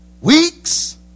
weeks